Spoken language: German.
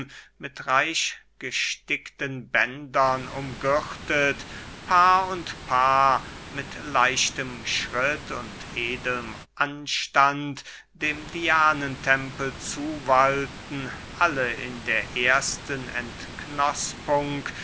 mit reich gestickten bändern umgürtet paar und paar mit leichtem schritt und edelm anstand dem dianentempel zuwallten alle in der ersten